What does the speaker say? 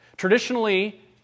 Traditionally